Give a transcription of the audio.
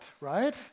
right